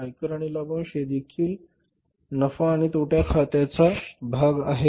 आयकर आणि लाभांश ते देखील नफा आणि तोटा खात्याचा भाग आहेत